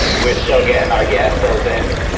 we're still gettin' our gas bills in.